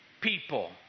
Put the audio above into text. people